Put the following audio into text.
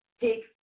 Take